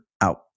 out